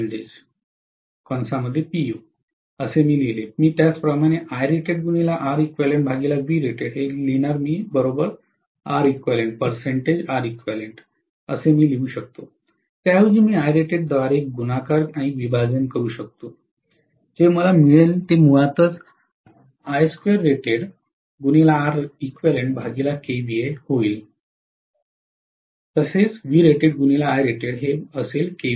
पहा आम्ही लिहिले मी त्याचप्रमाणे लिहू शकतो त्याऐवजी मी Irated द्वारे गुणाकार आणि विभाजन करू शकतो जे मला मिळेल ते मुळातच होईल